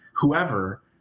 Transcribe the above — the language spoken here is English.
Whoever